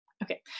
Okay